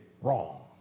wrong